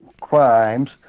crimes